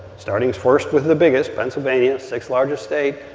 starting first with the biggest pennsylvania sixth-largest state.